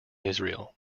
israel